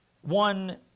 One